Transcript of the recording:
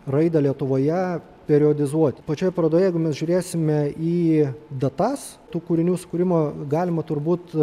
raidą lietuvoje periodizuoti pačioj parodoje jeigu mes žiūrėsime į datas tų kūrinių sukūrimo galima turbūt